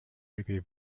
review